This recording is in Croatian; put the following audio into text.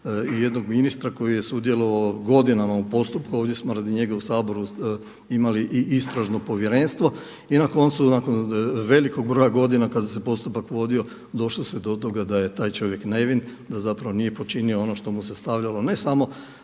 i jednog ministra koji je sudjelovao godinama u postupku, ovdje smo radi njega u Saboru imali i Istražno povjerenstvo. I na koncu nakon velikog broja godina kada se postupak vodilo došlo se do toga da je taj čovjek nevin, da zapravo nije počinio ono što mu se stavljano ne samo